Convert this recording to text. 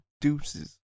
deuces